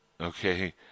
Okay